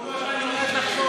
למה לא עשיתם,